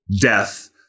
death